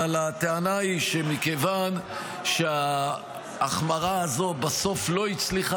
אבל הטענה היא שמכיוון שההחמרה הזו בסוף לא הצליחה